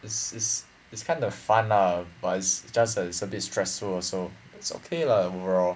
is is is kinda fun lah but it's just a little bit stressful also it's okay lah overall